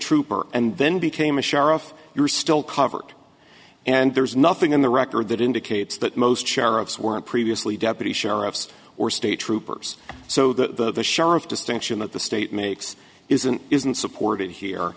trooper and then became a sheriff you're still covered and there's nothing in the record that indicates that most sheriffs weren't previously deputy sheriffs or state troopers so the distinction of the state makes isn't isn't supported here